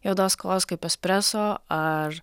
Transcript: juodos kavos kaip espreso ar